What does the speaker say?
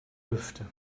lüfte